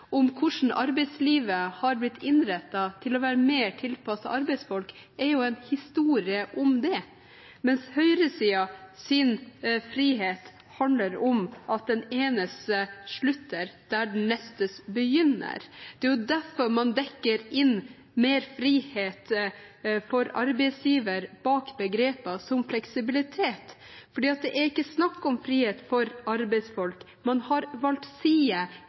det, mens høyresidens frihet handler om at den enes slutter der den nestes begynner. Det er derfor man dekker mer frihet for arbeidsgiverne bak begreper som fleksibilitet. For det er ikke snakk om frihet for arbeidsfolk. Man har valgt side